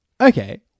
Okay